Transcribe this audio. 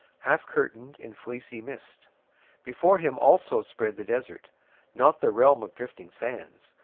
half curtained in fleecy mist before him also spread the desert not the realm of drifting sands,